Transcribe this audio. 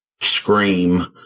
scream